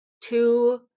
two